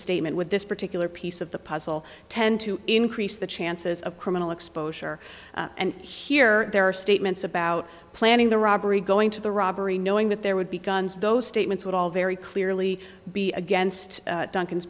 statement with this particular piece of the puzzle tend to increase the chances of criminal exposure and here there are statements about planning the robbery going to the robbery knowing that there would be guns those statements would all very clearly be against duncan